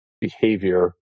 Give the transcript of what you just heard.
behavior